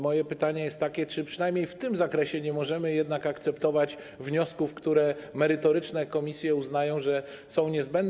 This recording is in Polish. Moje pytanie jest takie: Czy przynajmniej w tym zakresie nie możemy jednak akceptować wniosków, które merytoryczne komisje uznają za niezbędne?